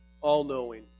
all-knowing